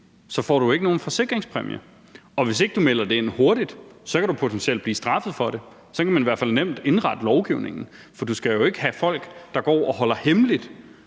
får du ikke nogen forsikringspræmie, og hvis ikke du melder det ind hurtigt, kan du potentielt blive straffet for det. Sådan kan man i hvert fald nemt indrette lovgivningen. For du skal jo ikke have folk, der går og holder det hemmeligt,